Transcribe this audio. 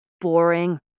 boring